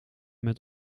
met